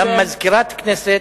גם מזכירת הכנסת